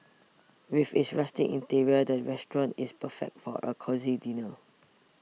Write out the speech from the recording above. with its rustic interior the restaurant is perfect for a cosy dinner